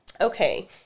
Okay